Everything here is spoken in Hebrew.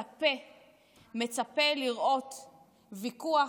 היא דמוקרטיה שבה הציבור מצפה לראות ויכוח,